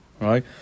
right